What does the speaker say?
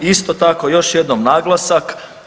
Isto tako još jednom naglasak.